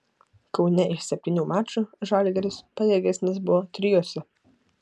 kaune iš septynių mačų žalgiris pajėgesnis buvo trijuose